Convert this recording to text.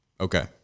okay